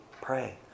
Pray